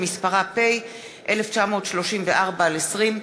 שמספרה פ/1934/20.